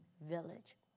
village